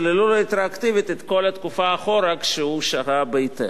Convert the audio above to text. שללו לו רטרואקטיבית את כל התקופה אחורה כשהוא שהה בהיתר.